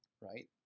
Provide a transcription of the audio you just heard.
right